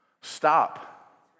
Stop